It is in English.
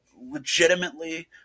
legitimately